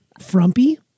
frumpy